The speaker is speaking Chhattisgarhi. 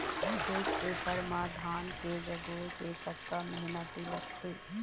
एक एकड़ म धान के जगोए के कतका मेहनती लगथे?